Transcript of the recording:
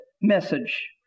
message